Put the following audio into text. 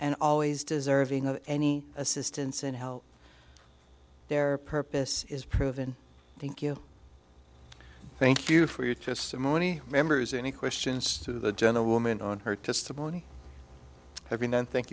and always deserving of any assistance and help their purpose is proven thank you thank you for your testimony members any questions to the gentlewoman on her testimony everyone thank